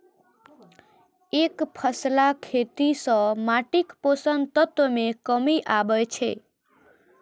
एकफसला खेती सं माटिक पोषक तत्व मे कमी आबै छै